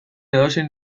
edozein